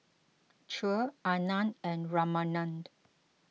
Choor Anand and Ramanand